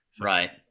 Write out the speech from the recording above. Right